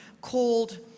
called